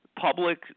public